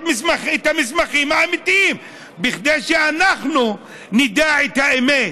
המסמכים האמיתיים היא כדי שאנחנו נדע את האמת,